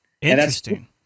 Interesting